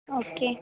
okay